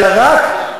אלא רק,